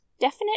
Definite